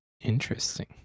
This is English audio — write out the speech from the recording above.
Interesting